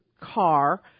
car